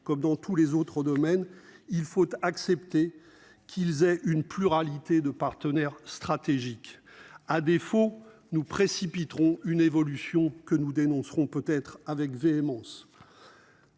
comme dans tous les autres domaines il faut accepter qu'ils aient une pluralité de partenaire stratégique. À défaut, nous précipiteront une évolution que nous dénoncerons peut-être avec véhémence.